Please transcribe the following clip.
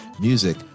music